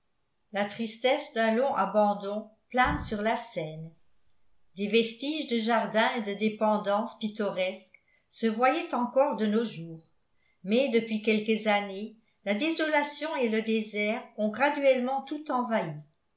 la tristesse d'un long abandon plane sur la scène des vestiges de jardins et de dépendances pittoresques se voyaient encore de nos jours mais depuis quelques années la désolation et le désert ont graduellement tout envahi